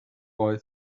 boy